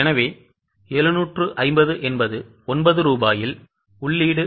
எனவே 750 என்பது 9 ரூபாயில் உள்ளீடு